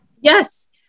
Yes